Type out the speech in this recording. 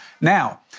Now